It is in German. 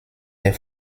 der